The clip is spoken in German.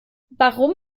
warum